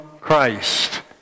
Christ